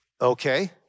okay